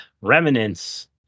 remnants